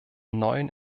neuen